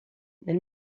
nel